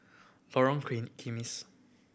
Lorong Kimis